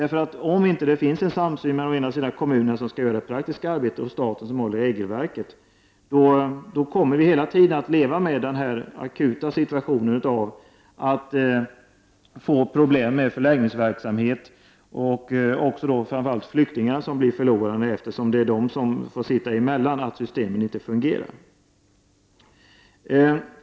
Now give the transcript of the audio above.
Om det inte finns en samsyn mellan kommunerna, som skall göra det praktiska arbetet, och staten, som håller i regelverket, då kommer vi hela tiden att leva med den akuta situation som innebär att vi får problem med förläggningsverksamhet. Det blir då framför allt flyktingarna som blir förlorarna, eftersom de får sitta emellan när systemen inte fungerar.